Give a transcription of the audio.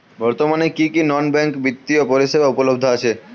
বর্তমানে কী কী নন ব্যাঙ্ক বিত্তীয় পরিষেবা উপলব্ধ আছে?